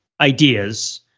ideas